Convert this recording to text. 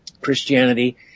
Christianity